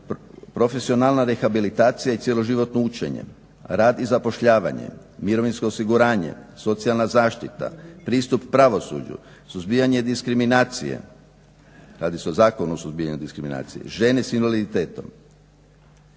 profesionalna rehabilitacija i cjeloživotno učenje, radi i zapošljavanje, mirovinsko osiguranje, socijalna zaštita, pristup pravosuđu, suzbijanje diskriminacije, radi se o